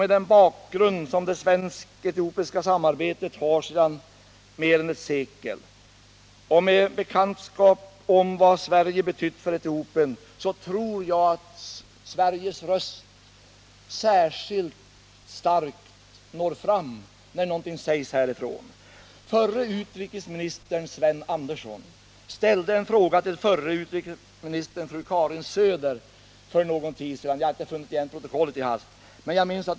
Mot bakgrund av det svensk-etiopiska samarbetet sedan mer än ett sekel och med kännedom om vad Sverige betytt för Etiopien tror jag att Sveriges röst har särskilt goda förutsättningar att nå fram till Etiopien. Den tidigare utrikesministern Sven Andersson ställde för någon tid sedan en fråga till utrikesministern i vår föregående regering Karin Söder.